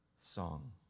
song